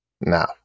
now